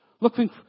Looking